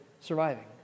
surviving